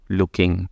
looking